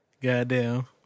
Goddamn